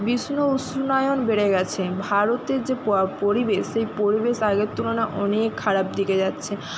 বিস্ব উষ্ণায়ণ বেড়ে গেছে ভারতে যে পরিবেশ সেই পরিবেশ আগের তুলনায় অনেক খারাপ দিকে যাচ্ছে